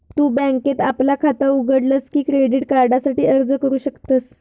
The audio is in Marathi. तु बँकेत आपला खाता उघडलस की क्रेडिट कार्डासाठी अर्ज करू शकतस